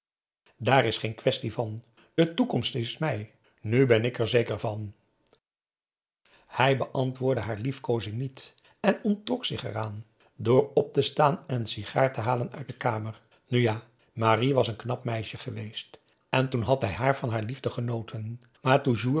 daar is geen quaestie van de toekomst is mij nu ben ik er zeker van hij beantwoordde haar liefkoozing niet en onttrok er zich aan door op te staan en een sigaar te halen uit de kamer nu ja marie was een knap meisje geweest en toen had hij van haar liefde genoten